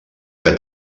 que